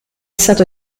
stato